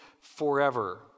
forever